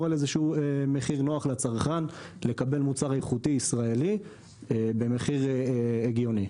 על מחיר נוח לצרכן לקבל מוצר איכותי ישראלי במחיר הגיוני.